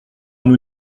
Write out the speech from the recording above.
nous